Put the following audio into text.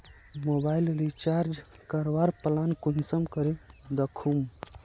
Mobile recharge करवार plan कुंसम करे दखुम?